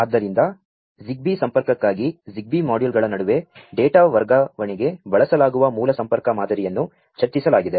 ಆದ್ದರಿಂ ದ ZigBee ಸಂ ಪರ್ಕ ಕ್ಕಾ ಗಿ ZigBee ಮಾ ಡ್ಯೂ ಲ್ಗಳ ನಡು ವೆ ಡೇ ಟಾ ವರ್ಗಾ ವಣೆಗೆ ಬಳಸಲಾ ಗು ವ ಮೂ ಲ ಸಂ ಪರ್ಕ ಮಾ ದರಿಯನ್ನು ಚರ್ಚಿ ಸಲಾ ಗಿದೆ